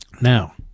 Now